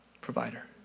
provider